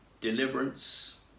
deliverance